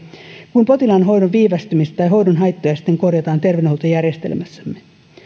kun potilaan hoidon viivästymistä tai hoidon haittoja sitten korjataan terveydenhuoltojärjestelmässämme